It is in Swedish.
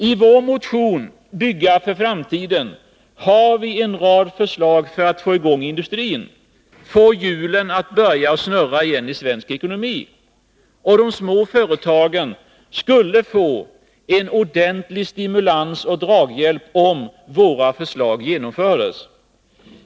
I vår motion Bygga för framtiden har vi en rad förslag för att få i gång industrin, få hjulen att börja snurra igen i den svenska ekonomin. De små företagen skulle få en ordentlig stimulans och draghjälp om våra förslag genomfördes.